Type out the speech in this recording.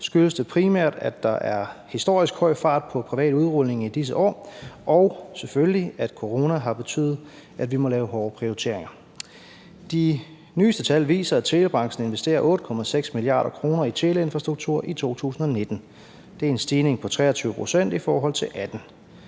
skyldes det primært, at der er historisk høj fart på privat udrulning i disse år, og selvfølgelig, at corona har betydet, at vi må lave hårde prioriteringer. De nyeste tal viser, at telebranchen investerede 8,6 mia. kr. i teleinfrastruktur i 2019. Det er en stigning på 23 pct. i forhold til 2018.